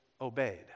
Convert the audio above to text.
obeyed